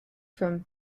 from